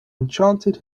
enchanted